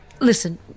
Listen